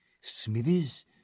Smithers